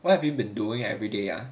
what have you been doing everyday ah